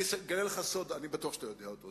אני אגלה לך סוד, סליחה, אני בטוח שאתה יודע אותו,